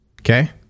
Okay